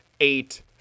eight